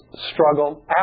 struggle